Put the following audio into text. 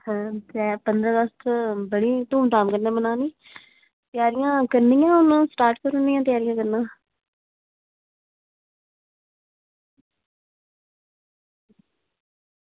पंदरीां अगस्त बड़ी धूमधाम कन्नै मनानी त्यारियां करनियां में हून स्टार्ट करी ओड़नियां करना में